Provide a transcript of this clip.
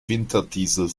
winterdiesel